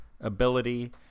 ability